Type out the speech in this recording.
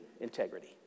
integrity